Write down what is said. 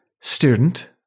student